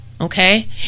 Okay